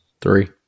three